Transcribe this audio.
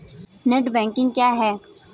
Net banking क्या है?